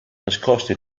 nascosto